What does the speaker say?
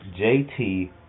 JT